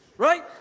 right